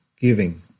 giving